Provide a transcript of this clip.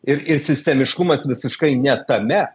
ir ir sistemiškumas visiškai ne tame